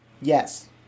Yes